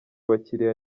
bakiriya